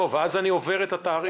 אז אני אעבור את התאריך.